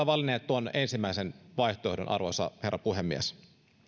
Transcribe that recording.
valinneet tuon ensimmäisen vaihtoehdon arvoisa herra puhemies